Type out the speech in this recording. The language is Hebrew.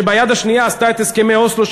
שבידה האחת עשתה את הסכמי אוסלו,